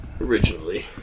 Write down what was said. originally